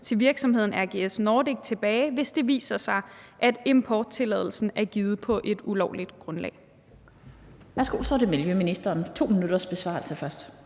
til virksomheden RGS Nordic tilbage, hvis det viser sig, at importtilladelsen er givet på et ulovligt grundlag?